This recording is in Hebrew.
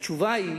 והתשובה היא,